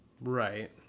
right